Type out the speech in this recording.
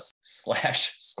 slash